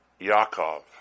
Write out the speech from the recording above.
Yaakov